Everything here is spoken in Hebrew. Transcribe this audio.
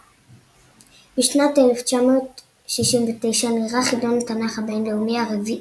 בשנת 1969 נערך חידון התנך הבינלאומי הרביעי.